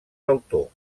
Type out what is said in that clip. l’autor